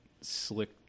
slick